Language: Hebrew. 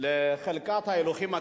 חבל שחבר הכנסת בן-ארי איננו,